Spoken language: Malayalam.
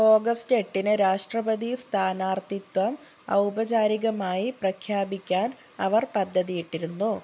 ഓഗസ്റ്റ് എട്ടിന് രാഷ്ട്രപതി സ്ഥാനാർത്ഥിത്വം ഔപചാരികമായി പ്രഖ്യാപിക്കാൻ അവര് പദ്ധതിയിട്ടിരുന്നു